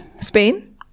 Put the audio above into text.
Spain